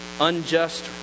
unjust